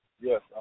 yes